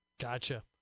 Gotcha